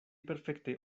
perfekte